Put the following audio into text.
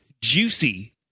juicy